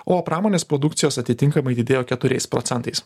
o pramonės produkcijos atitinkamai didėjo keturiais procentais